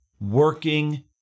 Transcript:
working